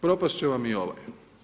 Propast će vam i ovaj.